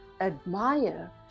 admire